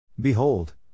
Behold